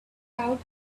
out